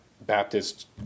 Baptist